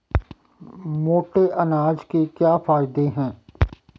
मोटे अनाज के क्या क्या फायदे हैं?